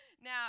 Now